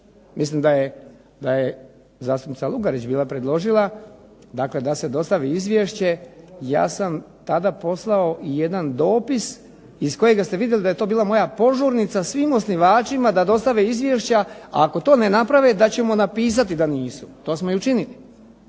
mislim da je zastupnica Lugarić bila predložila da se dostavi izvješće, ja sam tada poslao jedan dopis iz kojega ste vidjeli da je to bila moja požurnica svim osnivačima da dostave izvješća, a ako to ne naprave da ćemo napisati da nisu. To smo i učinili.